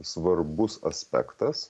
svarbus aspektas